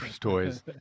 Toys